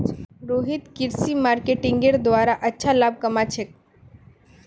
रोहित कृषि मार्केटिंगेर द्वारे अच्छा लाभ कमा छेक